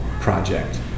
project